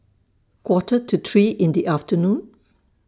Quarter to three in The afternoon